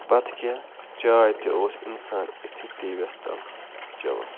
بَتہٕ کیٛاہ چاے تہِ اوس اِنسان أتھی ٹی وِیَس تَل چٮ۪وان